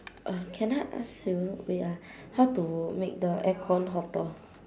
uh can I ask you wait ah how to make the aircon hotter